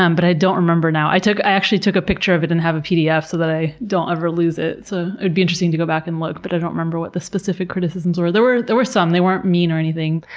um but i don't remember now. i actually took a picture of it and have a pdf so that i don't ever lose it. so it would be interesting to go back and look, but i don't remember what the specific criticisms were. there were there were some. they weren't mean or anything.